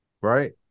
Right